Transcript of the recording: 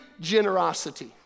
Generosity